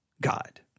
God